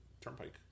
Turnpike